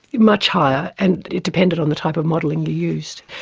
much higher, and it depended on the type of modelling you used.